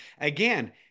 Again